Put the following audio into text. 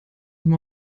zum